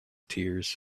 tears